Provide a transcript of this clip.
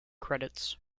credits